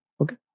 Okay